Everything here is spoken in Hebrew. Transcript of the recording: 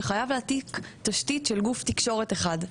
שחייב להעתיק תשתית של גוף תקשורת אחד.